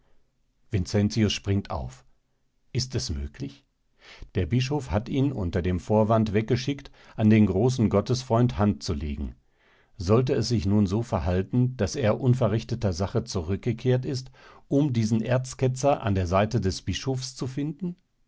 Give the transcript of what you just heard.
vincentius springt auf ist es möglich der bischof hat ihn unter den vorwand weggeschickt an den großen gottesfreund hand zu legen sollte es sich nun so verhalten daß er unverrichteter sache zurückgekehrt ist um diesen erzketzer an der seite des bischofs zu finden